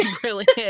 brilliant